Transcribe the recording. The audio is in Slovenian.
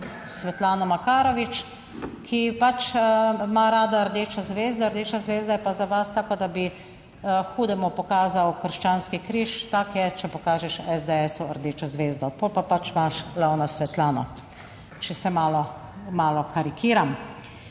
Svetlano Makarovič, ki pač ima rada rdečo zvezdo. Rdeča zvezda je pa za vas tako, da bi hudemu pokazal krščanski križ. Tako je, če pokažeš SDS rdečo zvezdo, pol pa pač imaš lov na Svetlano, če malo malo karikiram.